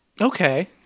Okay